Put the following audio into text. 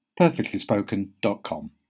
perfectlyspoken.com